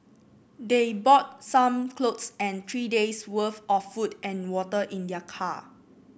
they brought some clothes and three days' worth of food and water in their car